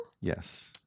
Yes